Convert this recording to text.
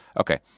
okay